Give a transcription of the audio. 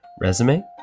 resume